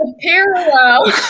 parallel